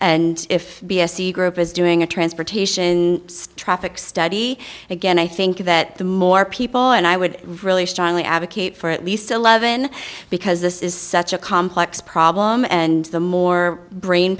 and if b s e group is doing a transportation straffing study again i think that the more people and i would really strongly advocate for at least eleven because this is such a complex problem and the more